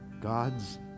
God's